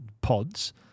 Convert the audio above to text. pods